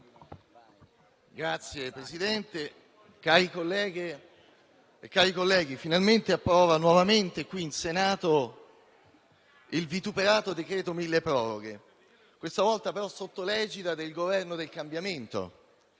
colleghe e colleghi, finalmente approda nuovamente qui in Senato il vituperato decreto-legge milleproroghe, questa volta però sotto l'egida del Governo del cambiamento.